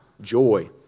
joy